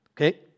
okay